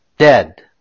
dead